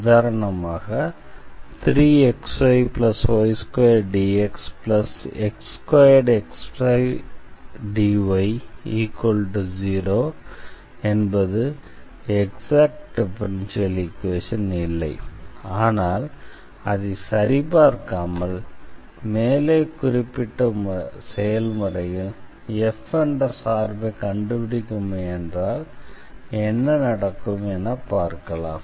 உதாரணமாக 3xyy2dxx2xydy0 என்பது exact differential equation இல்லை ஆனால் அதை சரிபார்க்காமல் மேலே குறிப்பிட்ட செயல்முறையில் f என்ற சார்பை கண்டுபிடிக்க முயன்றால் என்ன நடக்கும் என பார்க்கலாம்